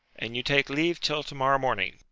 an you take leave till to-morrow morning